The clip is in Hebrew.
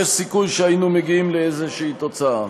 יש סיכוי שהיינו מגיעים לאיזושהי תוצאה.